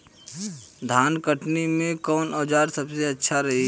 धान कटनी मे कौन औज़ार सबसे अच्छा रही?